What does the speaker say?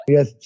Yes